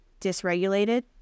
dysregulated